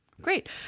Great